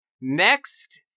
Next